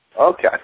Okay